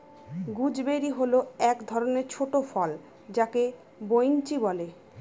gooseberry হল এক ধরনের ছোট ফল যাকে বৈনচি বলে